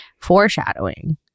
Foreshadowing